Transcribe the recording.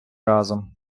разом